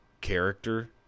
character